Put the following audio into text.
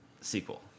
sequel